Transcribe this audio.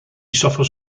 suffers